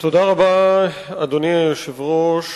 אדוני היושב-ראש,